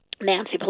Nancy